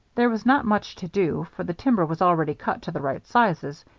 there was not much to do, for the timber was already cut to the right sizes,